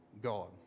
God